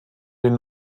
dem